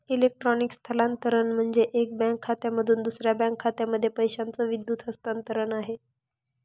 electronic स्थलांतरण म्हणजे, एका बँक खात्यामधून दुसऱ्या बँक खात्यामध्ये पैशाचं विद्युत हस्तांतरण आहे